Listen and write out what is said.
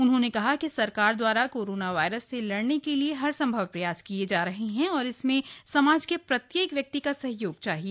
उन्होंने कहा कि सरकार द्वारा कोरोना वायरस से लड़ने के लिए हर सम्भव प्रयास किए जा रहे हैं और इसमें समाज के प्रत्येक व्यक्ति का सहयोग चाहिए